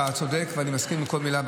אתה צודק ואני מסכים עם כל מילה.